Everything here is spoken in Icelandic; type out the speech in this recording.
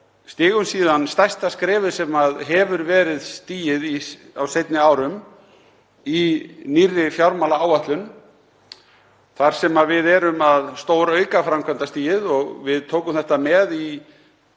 stigum síðan stærsta skrefið sem stigið hefur verið á seinni árum í nýrri fjármálaáætlun þar sem við erum að stórauka framkvæmdastigið. Við tókum þetta með í